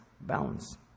balance